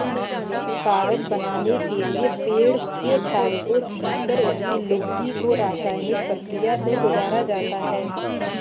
कागज बनाने के लिए पेड़ के छाल को छीलकर उसकी लुगदी को रसायनिक प्रक्रिया से गुजारा जाता है